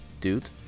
dude